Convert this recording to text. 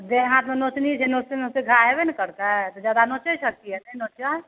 तऽ देह हाथमे नोचनी छै नोचिते नोचिते घाउ हेबे ने करतै तऽ जादा नोचै छऽ किएक नहि नोचऽ